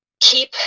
keep